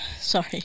Sorry